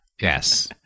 Yes